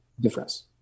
difference